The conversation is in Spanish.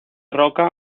roca